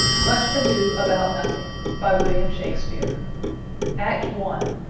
much ado about nothing by william shakespeare act one.